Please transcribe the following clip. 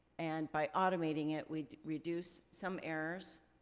and by automating it, we reduce some errors,